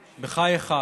בחייך.